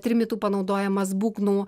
trimitų panaudojamas būgnų